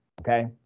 okay